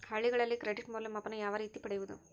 ಹಳ್ಳಿಗಳಲ್ಲಿ ಕ್ರೆಡಿಟ್ ಮೌಲ್ಯಮಾಪನ ಯಾವ ರೇತಿ ಪಡೆಯುವುದು?